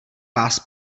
vás